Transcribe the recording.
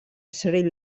sri